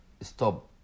stop